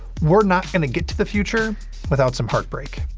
we're not gonna get to the future without some heartbreak.